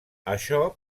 això